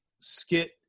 skit